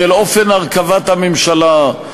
של אופן הרכבת הממשלה,